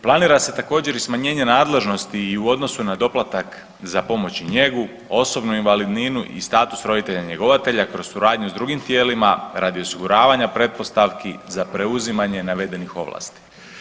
Planira se također, i smanjenje nadležnosti i u odnosu na doplatak za pomoć i njegu, osobnu invalidninu i status roditelja-njegovatelja kroz suradnju s drugim tijelima radi osiguravanja pretpostavki za preuzimanje navedenih ovlasti.